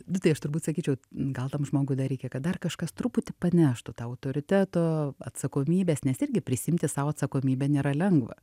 vis tai aš turbūt sakyčiau gal tam žmogui dar reikia kad dar kažkas truputį paneštų tą autoriteto atsakomybės nes irgi prisiimti sau atsakomybę nėra lengva